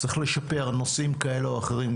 צריך לשפר נושאים כאלה או אחרים,